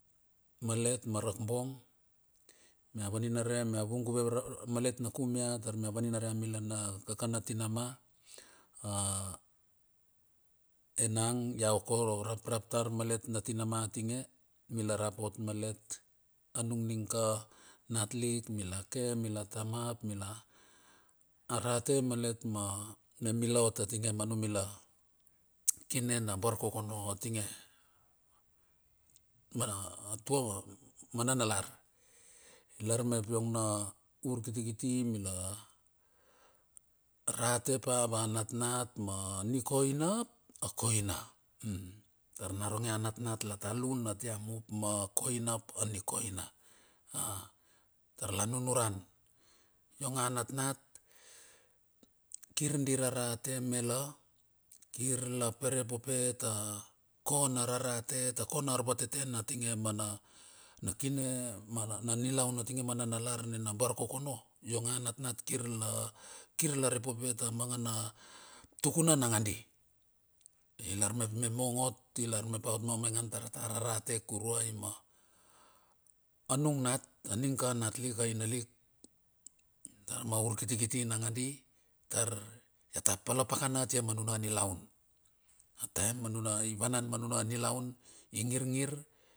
Malet ma rakabong mia vaninare mia vunguve malet na kumia tar mia vaninare amila na kak a na tinama. A enang ia oko raprap tar malet natuna ma tinge. Mila rap ot malet. Anung ning ka natlik mila ke mila tama. Ap mila a rate malet ma. Memila ot a tinge ma nung mila kine barkokono. A tinge mar tua manalar. Lar mep iongna urkitkiti. Mila aratepa va natnat ma nikoina a koina. Tar naronge a natnat latolan a tia mup ma koina ap a nikoina. A tar la nunuran iong a natnat kirdi rarate mela. Kir la perepope ta kona rarate ta kona ar vate ten a tinge ma na, na kine ma na, na nilaun atinge ma ananalar nena barkokono. Iong a natnat kir la kirla repope tamamgana tukuna nangadi. I lar mep memong ot i lar mep a ot mamaingan tar ata rarate kuruai ma anung nataning ka natlik a ina lik. Tar ma urkitikiti nangandi. Tar ia palapakanatia manuna nilaun. A taem anuna ivana manuna nilaun ingirngir.